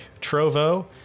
Trovo